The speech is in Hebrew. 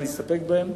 להסתפק בהם.